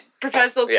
Professor